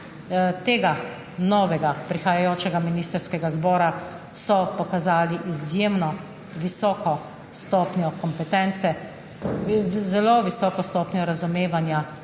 novega, prihajajočega ministrskega zbora so pokazali izjemno visoko stopnjo kompetence, zelo visoko stopnjo razumevanja,